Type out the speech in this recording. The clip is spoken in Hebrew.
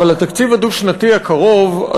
אבל התקציב הדו-שנתי הקרוב,